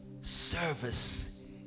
service